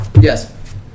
Yes